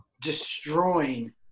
destroying